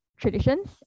traditions